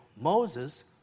Moses